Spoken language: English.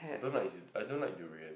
I don't like I don't like durians